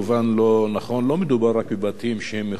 לא מדובר רק בבתים שהם מחוץ לתוכנית המיתאר,